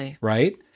right